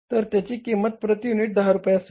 तर त्याची किंमत प्रती युनिट 10 रुपये असेल